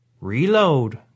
Reload